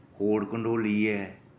कोड़ कंडोली ऐ